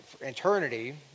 eternity